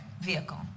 vehicle